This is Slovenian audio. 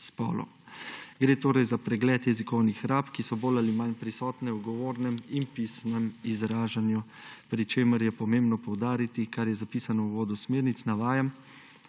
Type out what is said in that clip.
Gre torej za pregled jezikovnih rab, ki so bolj ali manj prisotne v govornem in pisnem izražanju, pri čemer je pomembno poudariti, kar je zapisano v uvodu Smernic, navajam: